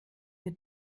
wird